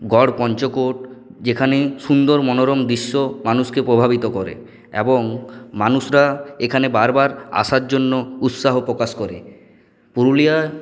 গড়পঞ্চকোট যেখানে সুন্দর মনোরম দৃশ্য মানুষকে প্রভাবিত করে এবং মানুষরা এখানে বারবার আসার জন্য উৎসাহ প্রকাশ করে পুরুলিয়ায়